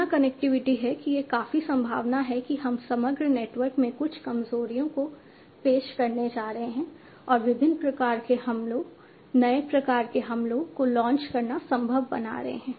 इतना कनेक्टिविटी है कि यह काफी संभावना है कि हम समग्र नेटवर्क में कुछ कमजोरियों को पेश करने जा रहे हैं और विभिन्न प्रकार के हमलों नए प्रकार के हमलों को लॉन्च करना संभव बना रहे हैं